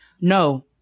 No